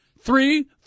three